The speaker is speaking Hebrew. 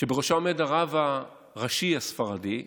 שבראשה עומד הרב הראשי הספרדי,